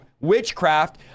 witchcraft